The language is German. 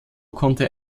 konnte